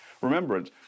remembrance